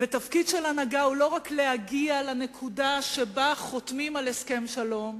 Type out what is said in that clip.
תפקיד של הנהגה הוא לא רק להגיע לנקודה שבה חותמים על הסכם שלום,